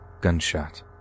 Gunshot